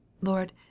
lord